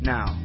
Now